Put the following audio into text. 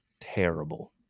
terrible